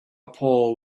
paul